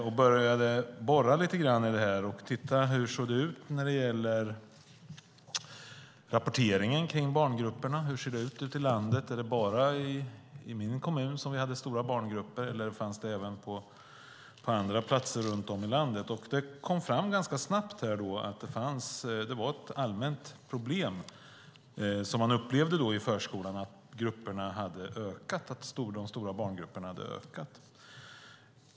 Jag började borra lite grann i detta och tittade hur det såg ut när det gäller rapporteringen om barngrupperna och hur det ser ut ute i landet. Är det bara i min kommun som vi har stora barngrupper, eller finns det även på andra platser runt om i landet? Det kom ganska snabbt fram att det var ett allmänt problem som man upplevde i förskolan att antalet stora barngrupper hade ökat.